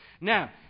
Now